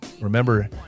remember